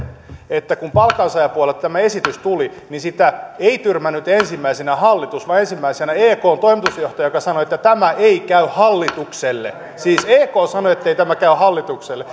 että kun palkansaajapuolelta tämä esitys tuli niin sitä ei tyrmännyt ensimmäisenä hallitus vaan ekn toimitusjohtaja joka sanoi että tämä ei käy hallitukselle siis ek sanoi ettei tämä käy hallitukselle